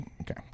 Okay